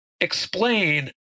explain